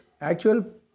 actual